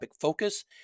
focus